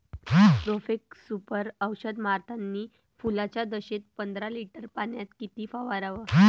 Profex Super औषध मारतानी फुलाच्या दशेत पंदरा लिटर पाण्यात किती फवाराव?